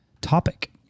topic